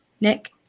Nick